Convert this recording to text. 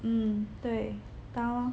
嗯对 Kallang